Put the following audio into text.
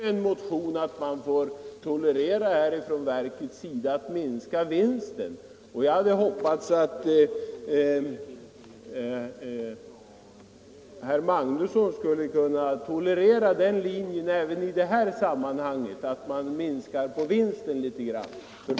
Herr talman! Jag säger i motionen att verket får tolerera en minskning av vinsten, och jag hade hoppats att herr Magnusson i Kristinehamn skulle kunna gå just på den linjen att man minskar vinsten litet grand.